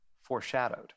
foreshadowed